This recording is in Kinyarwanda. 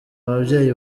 ababyeyi